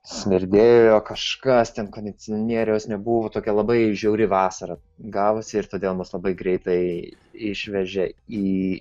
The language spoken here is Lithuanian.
smirdėjo kažkas ten kondicionieriaus nebuvo tokia labai žiauri vasara gavosi ir todėl mus labai greitai išvežė į